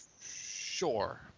Sure